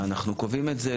אנחנו קובעים את זה,